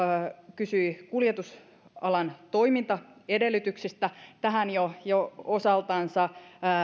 kysyi kuljetusalan toimintaedellytyksistä tähän jo jo osaltansa